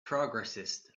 progressist